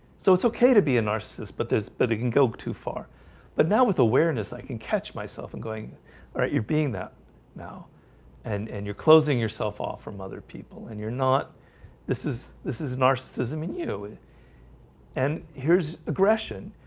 so it's okay to be a narcissist, but there's but it can go too far but now with awareness i can catch myself and going alright your being that now and and you're closing yourself off from other people and you're not this is this is narcissism and you know it and here's aggression.